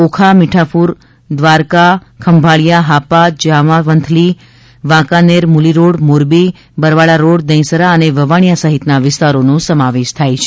Okha Mithapur Dwarka Garija Khambhalia Hapa Jamvanthali Fadmatiya Wankaner Muli road Morbi Barwala road Dahisara અને વવાણીયા સહિતના વિસ્તારોનો સમાવેશ થાય છે